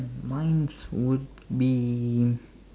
mine's would be